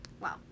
wow